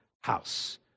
house